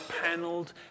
paneled